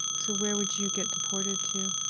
so where would you get deported to?